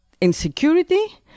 insecurity